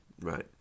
Right